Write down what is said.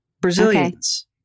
Brazilians